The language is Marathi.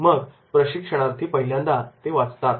मग प्रशिक्षणार्थी पहिल्यांदा ते वाचतात